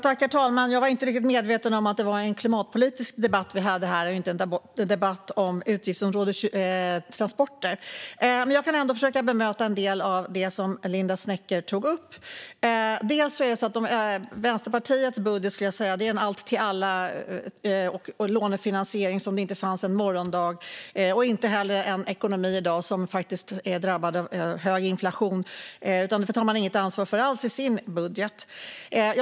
Herr talman! Jag var inte riktigt medveten om att det var en klimatpolitisk debatt vi hade här i stället för en debatt om utgiftsområdet transporter. Jag kan ändå försöka att bemöta en del av det som Linda Snecker tog upp. Jag skulle säga att Vänsterpartiets budget är en allt-till-alla-budget med lånefinansiering som om det inte fanns någon morgondag och inte heller en ekonomi som är drabbad av hög inflation. Detta tar man inget ansvar alls för i sin budget.